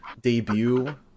debut